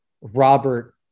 Robert